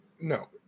No